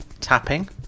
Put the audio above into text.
Tapping